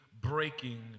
breaking